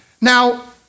Now